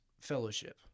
Fellowship